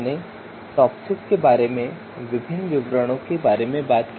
हमने टॉपसिस के बारे में विभिन्न विवरणों के बारे में बात की